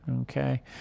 okay